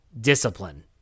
discipline